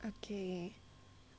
okay